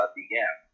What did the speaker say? began